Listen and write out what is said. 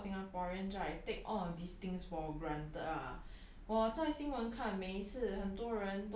think about that to be to be grateful for because a lot of singaporeans right take all of these things for granted ah